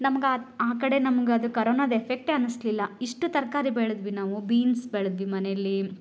ನಮ್ಗೆ ಆ ಕಡೆ ನಮ್ಗೆ ಅದು ಕರೋನದ ಎಫೆಕ್ಟೇ ಅನ್ನಿಸ್ಲಿಲ್ಲ ಇಷ್ಟು ತರಕಾರಿ ಬೆಳೆದ್ವಿ ನಾವು ಬೀನ್ಸ್ ಬೆಳೆದ್ವಿ ಮನೇಲಿ